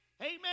amen